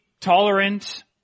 tolerant